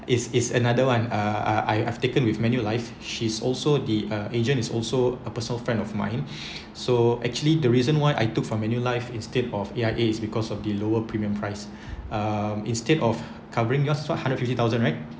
is is another one uh uh I I've taken with Manulife she's also the uh agent is also a personal friend of mine so actually the reason why I took from Manulife instead of A_I_A is because of the lower premium price um instead of covering yours for hundred fifty thousand right